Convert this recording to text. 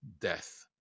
death